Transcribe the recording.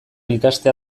ikastea